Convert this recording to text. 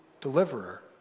Deliverer